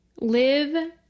live